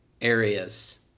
areas